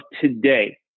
today